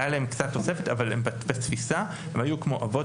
היה להן קצת תופסת אבל בתפיסה הן היו כמו אבות